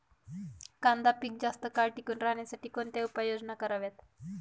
कांदा पीक जास्त काळ टिकून राहण्यासाठी कोणत्या उपाययोजना कराव्यात?